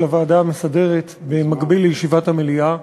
הוועדה המסדרת במקביל לישיבת המליאה.